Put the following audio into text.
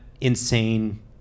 insane